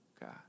God